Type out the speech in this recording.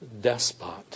despot